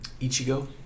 Ichigo